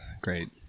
great